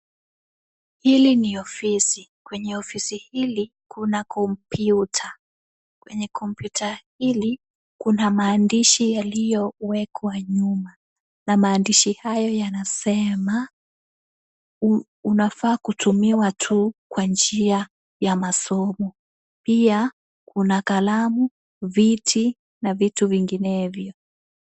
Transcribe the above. Hili ni ofisi. Kwenye ofisi hili kuna kompyuta. Kwenye kompyuta hili kuna maandishi yaliyowekwa nyuma. Na maandishi hayo yanasema, u, unafaa kutumiwa tu, kwa njia ya masomo. Pia kuna kalamu, viti na vitu vinginevyo.